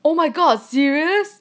oh my god serious